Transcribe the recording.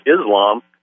Islam